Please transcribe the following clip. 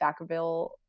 backerville